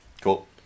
Cool